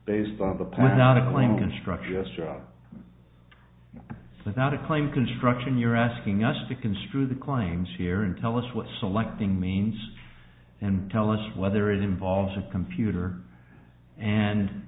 based on the planet not a klingon struck gestural not a claim construction you're asking us to construe the claims here and tell us what selecting means and tell us whether it involves a computer and